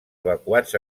evacuats